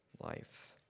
life